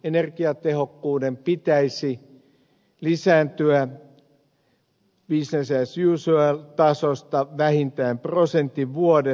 energiatehokkuuden pitäisi lisääntyä business as usual tasosta vähintään prosentin vuodessa